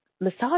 massage